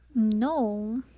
No